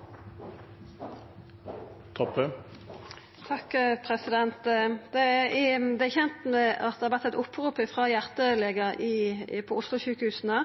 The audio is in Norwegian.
i Tromsø. Det er kjent at det har vore eit opprop frå hjartelegane ved Oslo-sjukehusa